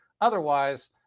Otherwise